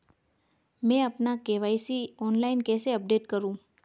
मैं अपना KYC online कैसे अपडेट करूँ?